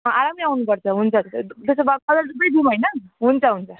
आरामले आउनु पर्छ हुन्छ त्यो त्यसो भयो गजलडुबै जाऊँ होइन हुन्छ हुन्छ